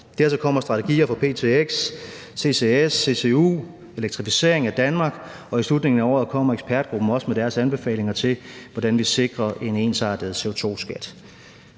Dertil kommer strategier for p-t-x , CCS, CCU, elektrificering af Danmark. Og i slutningen af året kommer ekspertgruppen også med deres anbefalinger til, hvordan vi sikrer en ensartet CO2-skat.